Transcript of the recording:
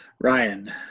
Ryan